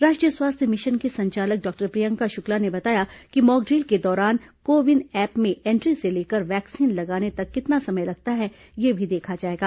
राष्ट्रीय स्वास्थ्य मिशन की संचालक डॉक्टर प्रियंका शुक्ला ने बताया कि मॉकड्रिल के दौरान को विन ऐप में एंट्री से लेकर वैक्सीन लगाने तक कितना समय लगता है यह भी देखा जाएगा